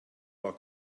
war